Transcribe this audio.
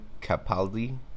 Capaldi